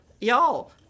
Y'all